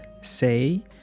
say